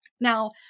Now